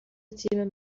تیم